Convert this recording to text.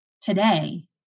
today